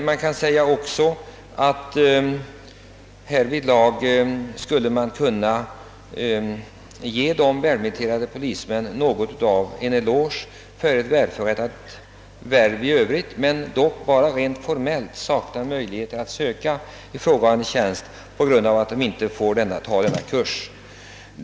Man borde härigenom kunna ge dessa polismän en uppmuntran för ett välförrättat värv i övrigt genom att skapa denna möjlighet för dem att meritera sig till ifrågavarande tjänster.